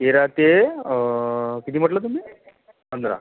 तेरा ते किती म्हटलं तुम्ही पंधरा